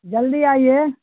जल्दी आइए